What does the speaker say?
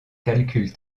calcul